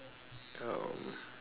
um